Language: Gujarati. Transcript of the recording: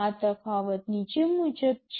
આ તફાવત નીચે મુજબ છે